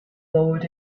lowered